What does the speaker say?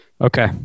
okay